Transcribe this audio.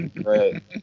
Right